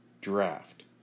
draft